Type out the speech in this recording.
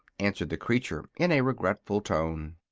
answered the creature, in a regretful tone.